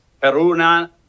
Peruna